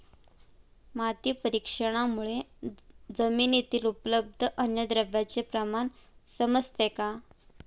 माती परीक्षणामुळे जमिनीतील उपलब्ध अन्नद्रव्यांचे प्रमाण समजते का?